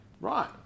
Right